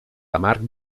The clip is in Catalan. amarg